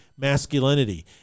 masculinity